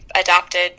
adopted